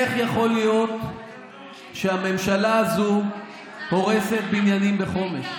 איך יכול להיות שהממשלה הזו הורסת בניינים בחומש?